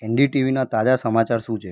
N D T વીનાં તાજા સમાચાર શું છે